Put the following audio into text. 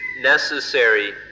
necessary